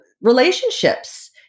relationships